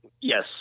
Yes